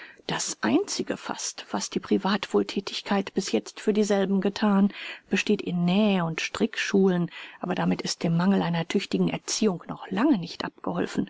das einzige fast was die privatwohlthätigkeit bis jetzt für dieselben gethan besteht in näh und strickschulen aber damit ist dem mangel einer tüchtigen erziehung noch lange nicht abgeholfen